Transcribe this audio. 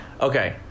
Okay